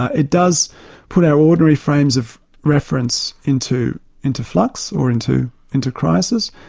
it does put our ordinary frames of reference into into flux, or into into crisis,